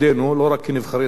לא רק כנבחרי ציבור,